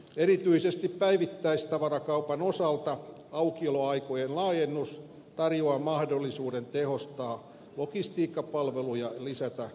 erityisesti päivittäistavarakaupan osalta aukioloaikojen laajennus tarjoaa mahdollisuuden tehostaa logistiikkapalveluja ja lisätä kustannustehokkuutta